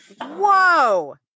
Whoa